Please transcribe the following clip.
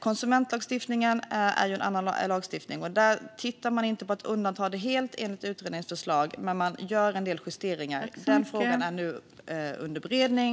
Konsumentlagstiftningen är en annan sak. Enligt utredningens förslag ska man inte undanta detta helt, men man gör en del justeringar. Den frågan är nu under beredning.